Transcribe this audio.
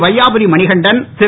Vaiyapuri Manikandan Thiru